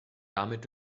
damit